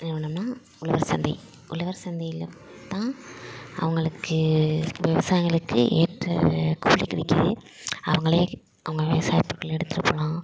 நிறுவனம்னால் உழவர் சந்தை உழவர் சந்தையில் தான் அவர்களுக்கு விவசாயிகளுக்கு ஏற்ற கூலி கிடைக்குது அவர்களே அவங்க விவசாயத்துக்கு எடுத்துகிட்டு போகலாம்